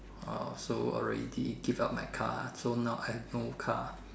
orh so already give up my car so now I have no car